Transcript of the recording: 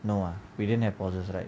no uh we didn't have pauses right